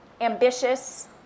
ambitious